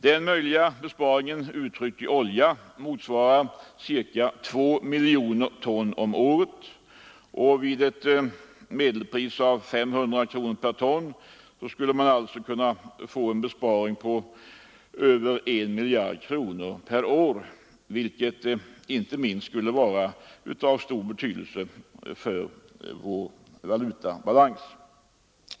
Den möjliga besparingen, uttryckt i olja, motsvarar ca 2 miljoner ton om året. Vid ett medelpris av 500 kronor per ton skulle man alltså kunna få en besparing på över 1 miljard kronor per år, vilket inte minst skulle vara av stor betydelse för valutabalansen.